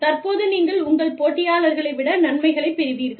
தற்போது நீங்கள் உங்கள் போட்டியாளர்களை விட நன்மைகளைப் பெறுவீர்கள்